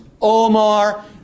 Omar